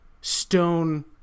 stone